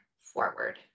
forward